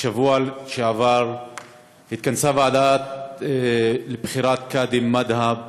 בשבוע שעבר התכנסה הוועדה לבחירת קאדים מד'הב